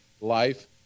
life